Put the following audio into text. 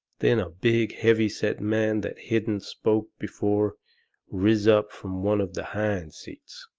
then a big, heavy-set man that hadn't spoke before riz up from one of the hind seats,